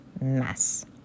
mess